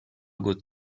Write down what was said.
good